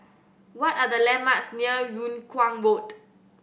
what are the landmarks near Yung Kuang Road